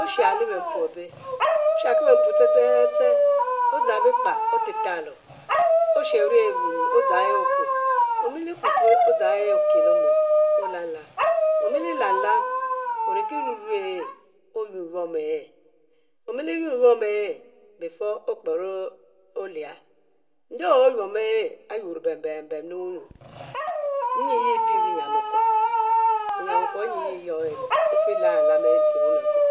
oshubli benpu abeh, oshabli benpu ste ste ste odzang bikpa otitalo oshebiri e'wuny odzang e okue, omi li pukue odzang e oki lw omuen olan lam, omililam lan, oruki ruru e'oyu nyuomu e'omili nyu nyuomu e'be okper olia, nde oyuomu e, ayuro bem bem le nwuyu nyi ye e'pie binyiam wukuo, binyiam wukuo nyi ye e'pie binyiam wukuo, binyiam wukuo nyi ye e'yulo e'mel ofi lam lam e'e’ limliruom